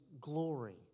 glory